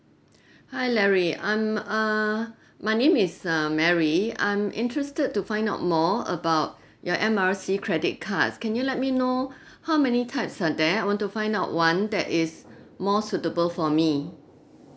hi larry I'm err my name is uh mary I'm interested to find out more about your M_R_C credit cards can you let me know how many types are there I want to find out one that is more suitable for me